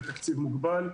בתקציב מוגבל,